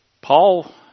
Paul